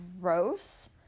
gross